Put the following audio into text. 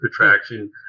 attraction